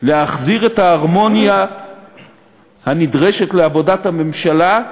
להחזיר את ההרמוניה הנדרשת לעבודת הממשלה,